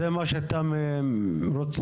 זה מה שאתה רוצה.